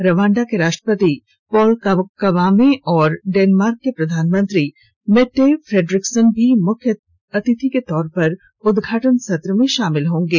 Rwanda के राष्ट्रपति Paul Kagame और डेनमार्क के प्रधानमंत्री मेट्टे फ्रेडरिकसेन भी मुख्य अतिथि के रूप में उदघाटन सत्र में शामिल होंगे